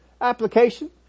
Application